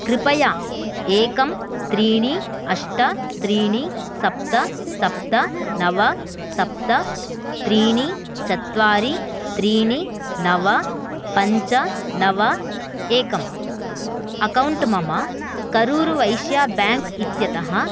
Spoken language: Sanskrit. कृपया एकम् त्रीणि अष्ट त्रीणि सप्त सप्त नव सप्त त्रीणि चत्वारि त्रीणि नव पञ्च नव एकम् अकौण्ट् मम करूर् वैस्या बैङ्क् इत्यतः